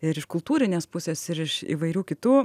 ir iš kultūrinės pusės ir iš įvairių kitų